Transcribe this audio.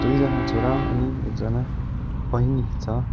दुईजना छोरा अनि एकजना बहिनी छ